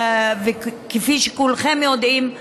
כפי שכולכם יודעים,